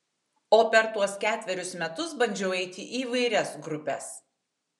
o per tuos ketverius metus bandžiau eiti į įvairias grupes